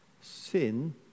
Sin